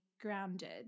grounded